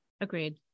Agreed